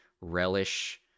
relish